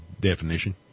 definition